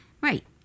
Right